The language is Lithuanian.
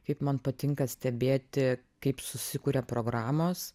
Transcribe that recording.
kaip man patinka stebėti kaip susikuria programos